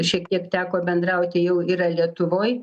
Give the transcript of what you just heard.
šiek tiek teko bendrauti jau yra lietuvoj